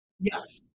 Yes